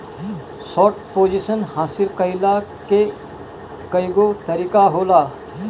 short position हासिल कईला के कईगो तरीका होला